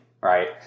Right